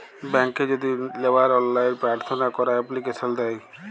ব্যাংকে যদি লেওয়ার অললাইন পার্থনা ক্যরা এপ্লিকেশন দেয়